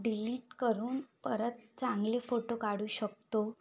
delete करून परत चांगले फोटो काढू शकतो